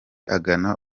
agana